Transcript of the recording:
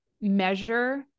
measure